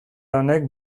honek